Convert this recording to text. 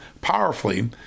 powerfully